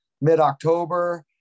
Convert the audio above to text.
Mid-October